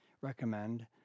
recommend